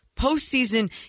postseason